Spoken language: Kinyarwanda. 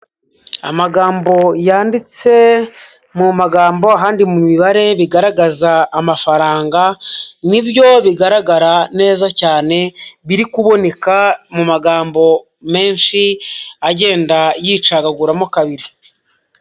Amagambo yanditse mu magambo, ahandi mu mibare bigaragaza amafaranga, nibyo bigaragara neza cyane, biri kuboneka mu magambo menshi agenda yicagaguramo kabiri.